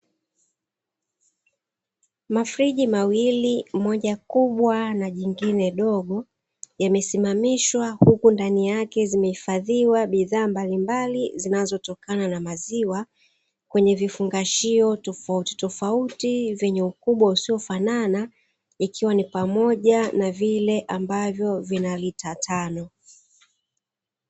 Mafriji mawili moja kubwa na jingine dogo yamesimamishwa, huku ndani yake zimehifadhiwa bidhaa mbalimbali vinazotokana na maziwa kwenye vifungashio tofautitofauti venye ukubwa usiyofanana, ikiwa ni pamoja na vile ambavyo vina lita tano.